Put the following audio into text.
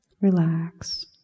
relax